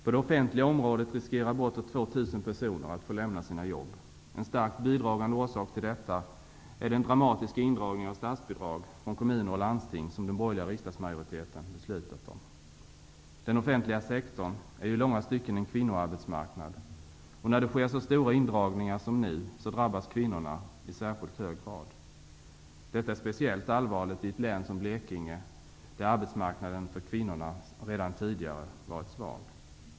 På det offentliga området riskerar bortåt 2 000 personer att få lämna sina jobb. En starkt bidragande orsak till detta är den dramatiska indragning av statsbidrag från kommuner och landsting som den borgerliga riksdagsmajoriteten har beslutat om. Den offentliga sektorn är ju i långa stycken en kvinnoarbetsmarknad, och när det sker så stora indragningar som nu drabbas kvinnorna i särskilt hög grad. Detta är speciellt allvarligt i ett län som Blekinge, där arbetsmarknaden för kvinnorna redan tidigare varit svag.